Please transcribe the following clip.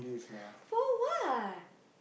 for what